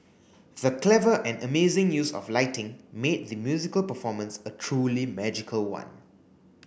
the clever and amazing use of lighting made the musical performance a truly magical one